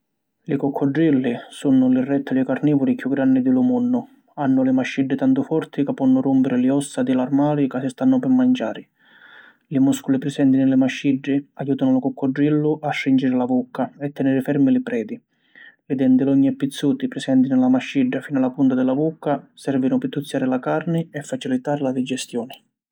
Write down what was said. Li coccodrilli, sunnu li rèttili carnìvori chiù granni di lu munnu. Hannu li masciddi tantu forti ca ponnu rùmpiri li ossa di l’armali ca si stannu pi manciari. Li mùsculi prisenti nni li masciddi ajùtanu lu coccodrillu a strìnciri la vucca e tèniri fermi li predi. Li denti longhi e pizzuti prisenti nni la mascidda finu a la punta di la vucca, sèrvinu di tuzziari la carni e facilitari la digestioni.